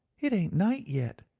it ain't night yet,